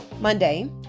Monday